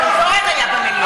גם פורר היה במליאה.